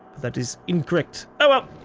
that is incorrect. oh well!